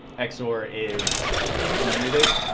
xor is commutative.